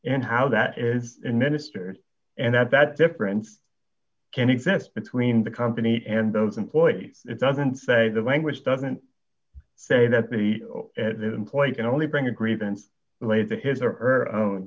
in how that is in ministers and that that difference can exist between the company and those employees it doesn't say the language doesn't say that the employees only bring a grievance related to his or her